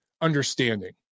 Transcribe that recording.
understanding